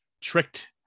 tricked